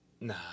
Nah